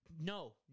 no